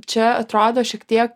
čia atrodo šiek tiek